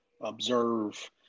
observe